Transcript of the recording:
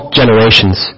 generations